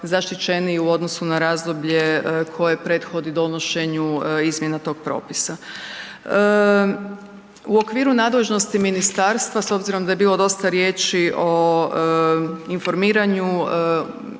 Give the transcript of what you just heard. zaštićeniji u odnosu na razdoblje koje prethodi donošenju izmjena tog propisa. U okviru nadležnosti ministarstva, s obzirom da je bilo dosta riječi o informiranju,